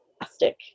plastic